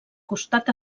costat